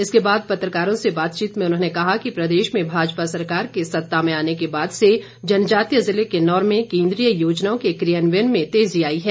इसके बाद पत्रकारों से बातचीत में उन्होंने कहा कि प्रदेश में भाजपा सरकार के सत्ता में आने के बाद से जनजातीय जिले किन्नौर में केन्द्रीय योजनाओं के क्रियान्वयन में तेजी आई है